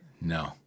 No